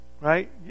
right